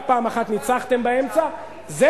רק פעם אחת ניצחתם באמצע, הזמן עבר.